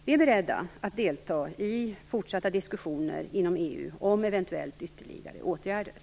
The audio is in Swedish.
Vi är beredda att delta i fortsatta diskussioner inom EU om eventuella ytterligare åtgärder.